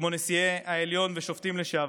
כמו נשיאי העליון ושופטים לשעבר,